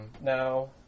now